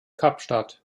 kapstadt